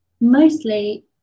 Mostly